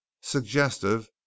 suggestive